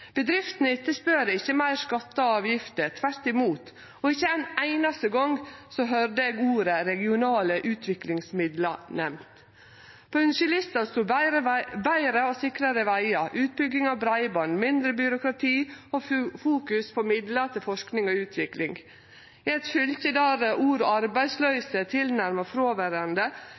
ikkje meir skattar og avgifter, tvert imot, og ikkje ein einaste gong høyrde eg orda «regionale utviklingsmidlar» nemnde. På ønskjelista stod betre og sikrare vegar, utbygging av breiband, mindre byråkrati og fokus på midlar til forsking og utvikling. I eit fylke der ordet «arbeidsløyse» er tilnærma fråverande,